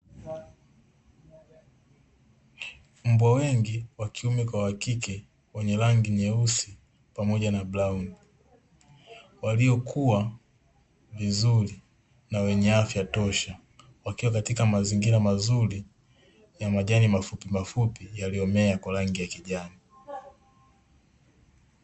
Mbwa wengi wa kiume kwa wa kike wenye rangi nyeusi pamoja na brauni, waliokua vizuri na wenye afya tosha, wakiwa katika mazingira mazuri ya majani mafupimafupi, yaliyomea kwa rangi ya kijani.